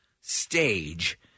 stage